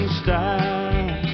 style